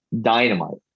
dynamite